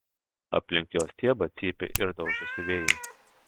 aplink jo stiebą cypia ir daužosi vėjai